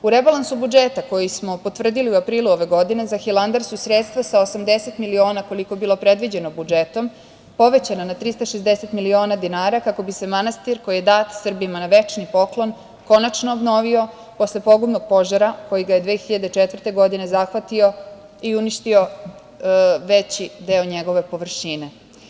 U rebalansu budžeta koji smo potvrdili u aprilu ove godine, za Hilandar su sredstva sa 80 miliona, koliko je bilo predviđeno budžetom, povećana na 360 miliona dinara, kako bi se manastir koji je dat Srbima na večni poklon, konačno obnovio posle pogubnog požara koji ga je 2004. godine zahvatio i uništio veći deo njegove površine.